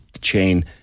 chain